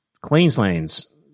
Queensland's